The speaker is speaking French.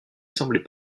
semblait